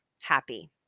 happy